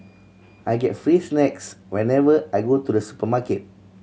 I get free snacks whenever I go to the supermarket